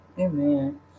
Amen